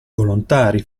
volontari